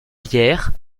bière